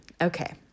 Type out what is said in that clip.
Okay